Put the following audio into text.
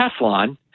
Teflon